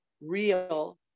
real